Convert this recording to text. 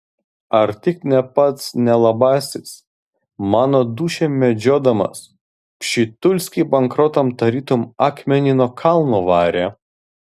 ar tik ne pats nelabasis mano dūšią medžiodamas pšitulskį bankrotan tarytum akmenį nuo kalno varė